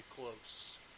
close